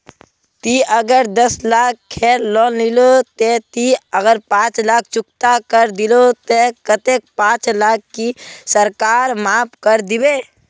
ती अगर दस लाख खेर लोन लिलो ते ती अगर पाँच लाख चुकता करे दिलो ते कतेक पाँच लाख की सरकार माप करे दिबे?